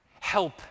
help